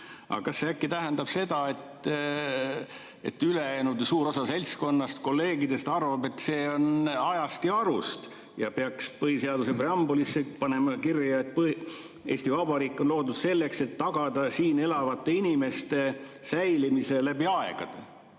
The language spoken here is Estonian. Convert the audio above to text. Kas see äkki tähendab seda, et ülejäänud suur osa seltskonnast, kolleegidest arvab, et see [preambuli lause] on ajast ja arust ning põhiseaduse preambulisse peaks panema kirja, et Eesti Vabariik on loodud selleks, et tagada siin elavate inimeste säilimine läbi aegade?